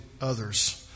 others